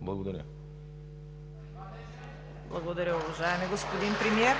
КАРАЯНЧЕВА: Благодаря, уважаеми господин Премиер.